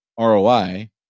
ROI